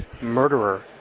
murderer